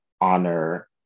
honor